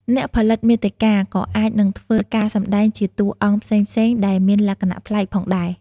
អ្នកផលិតមាតិកាក៏អាចនឹងធ្វើការសម្តែងជាតួអង្គផ្សេងៗ ដែលមានលក្ខណៈប្លែកផងដែរ។